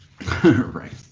Right